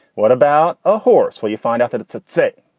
what about a horse? well, you find out that it's a tick.